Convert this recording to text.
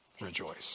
rejoice